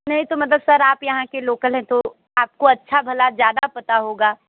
नहीं तो मतलब सर आप यहाँ के लोकल हैं तो आप को अच्छा भला ज़्यादा पता होगा